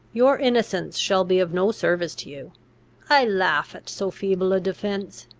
your innocence shall be of no service to you i laugh at so feeble a defence.